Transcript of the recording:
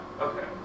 Okay